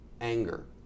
anger